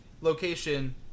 location